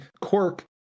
quirk